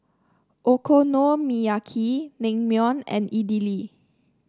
Okonomiyaki Naengmyeon and Idili